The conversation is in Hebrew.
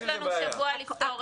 יש לנו שבוע לפתור את זה.